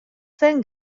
zen